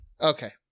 Okay